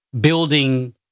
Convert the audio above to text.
building